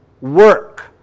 work